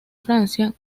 francia